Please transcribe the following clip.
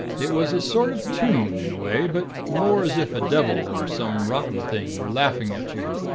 it was a sort of tune, in a way but more as if a devil or some rotten thing were laughing at you,